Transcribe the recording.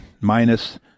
minus